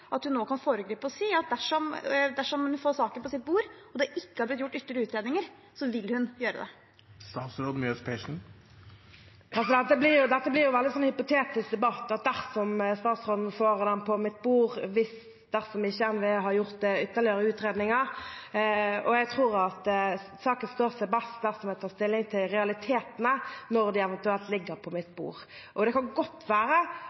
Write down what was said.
at hun nå kan foregripe og si at dersom hun får saken på sitt bord og det ikke er blitt gjort ytterlige utredninger, vil hun gjøre det? Dette blir en veldig hypotetisk debatt – at «dersom statsråden får den på sitt bord», og «dersom ikke NVE har gjort ytterligere utredninger». Jeg tror at saken står seg best dersom jeg tar stilling til realitetene når de eventuelt ligger på mitt bord. Det kan godt være